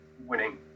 winning